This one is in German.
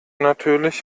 natürlich